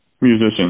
musician